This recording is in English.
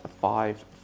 five